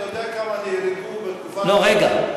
אתה יודע כמה נהרגו בתקופת ההבלגה,